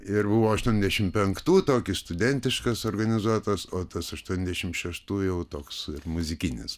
ir buvo aštuoniasdešimt penktų tokį studentiškas organizuotas o tas aštuoniasdešimt šeštų jau toks muzikinis